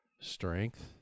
Strength